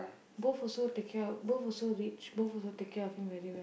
both also take care both also rich both also take care of him very well